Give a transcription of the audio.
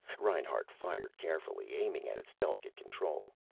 reinhart fired carefully, aiming at its delicate control.